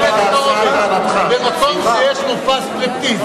במקום שיש מופע סטריפטיז,